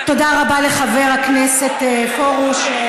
תודה רבה לחבר הכנסת פרוש.